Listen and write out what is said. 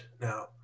now